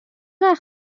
وقت